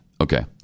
Okay